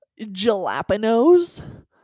jalapenos